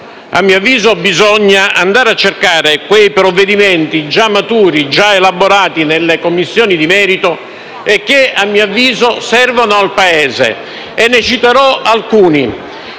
a mio avviso bisogna andare a cercare quei provvedimenti già maturi, già elaborati nelle Commissioni di merito e che, a mio avviso, servono al Paese. Ne citerò alcuni.